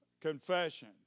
confession